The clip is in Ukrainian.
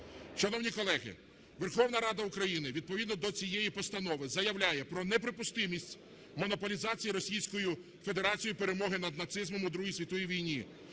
Шановні колеги, Верховна Рада України відповідно до цієї постанови заявляє про неприпустимість монополізації Російською Федерацією перемоги над нацизмом у Другій світовій війні,